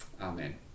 Amen